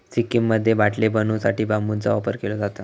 सिक्कीममध्ये बाटले बनवू साठी बांबूचा वापर केलो जाता